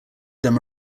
them